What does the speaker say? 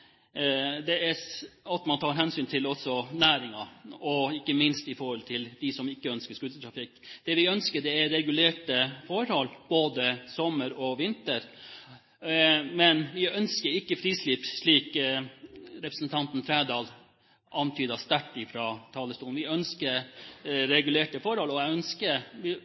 tar hensyn til næringene og ikke minst til dem som ikke ønsker scootertrafikk. Det vi ønsker, er regulerte forhold både sommer og vinter. Men vi ønsker ikke frislipp, som representanten Trældal sterkt antydet fra talerstolen. Vi ønsker regulerte forhold. Jeg ønsker,